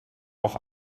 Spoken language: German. auch